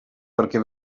perquè